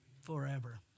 Forever